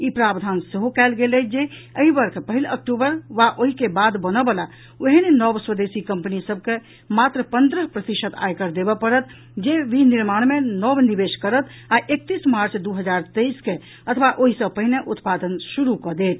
ई प्रावधान सेहो कयल गेल अछि जे एहि वर्ष पहिल अक्टूबर वा ओहि के बाद बनऽ बला ओहेन नव स्वदेशी कंपनी सभ के मात्र पंद्रह प्रतिशत आयकर देबऽ पड़त जे विनिर्माण मे नव निवेश करत आ एकतीस मार्च दू हजार तेईस के अथवा ओहि सँ पहिने उत्पादन शुरू कऽ देत